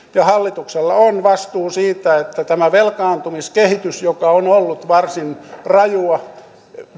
hallituksella on vastuu siitä että tämä velkaantumiskehitys joka on ollut varsin rajua